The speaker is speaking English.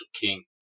King